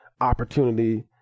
opportunity